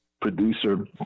producer